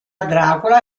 dracula